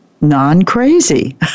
non-crazy